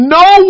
no